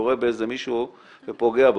יורה באיזה מישהו ופוגע בו.